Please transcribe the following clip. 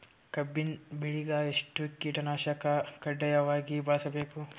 ಕಬ್ಬಿನ್ ಬೆಳಿಗ ಎಷ್ಟ ಕೀಟನಾಶಕ ಕಡ್ಡಾಯವಾಗಿ ಬಳಸಬೇಕು?